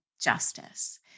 justice